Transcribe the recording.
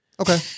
Okay